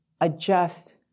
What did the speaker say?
adjust